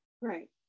Right